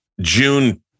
June